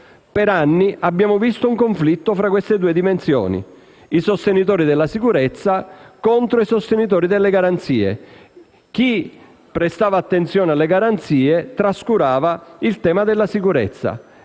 Per anni abbiamo visto un conflitto tra queste due dimensioni: i sostenitori della sicurezza contro i sostenitori delle garanzie; chi prestava attenzione alle garanzie trascurava il tema della sicurezza.